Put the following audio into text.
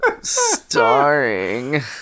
Starring